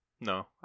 No